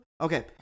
Okay